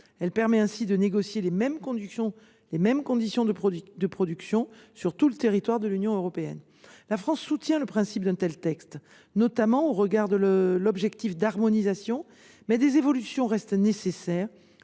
Elle permet ainsi de négocier les mêmes conditions de production sur tout le territoire de l’Union européenne. La France soutient le principe d’un tel texte, notamment au regard d’un objectif d’harmonisation. Toutefois, des évolutions restent nécessaires